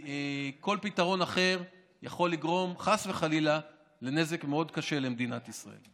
כל פתרון אחר יכול לגרום חס וחלילה לנזק מאוד קשה למדינת ישראל.